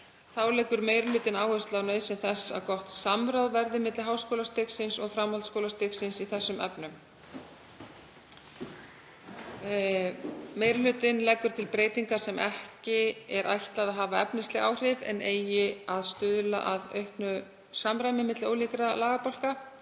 Þá leggur meiri hlutinn áherslu á nauðsyn þess að gott samráð verði á milli háskólastigsins og framhaldsskólastigsins í þessum efnum. Meiri hlutinn leggur til breytingar sem ekki er ætlað að hafa efnisleg áhrif en eiga að stuðla að auknu samræmi milli ólíkra lagabálka.